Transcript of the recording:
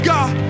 God